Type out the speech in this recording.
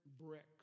bricks